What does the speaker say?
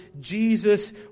Jesus